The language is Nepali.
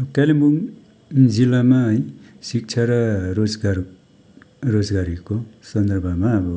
अब कालेबुङ जिल्लामा है शिक्षा र रोजगार रोजगारीजको सन्दर्भमा अब